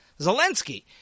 Zelensky